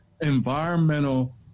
environmental